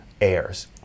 heirs